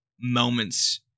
moments